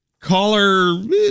caller